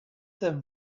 them